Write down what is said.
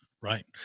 Right